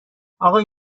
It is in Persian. آقای